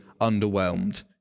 underwhelmed